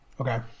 okay